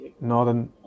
northern